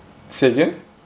say again